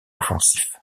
offensif